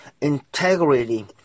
integrity